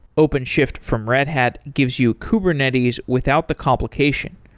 openshift from red hat gives you kubernetes without the complication.